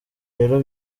rero